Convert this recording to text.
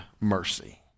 mercy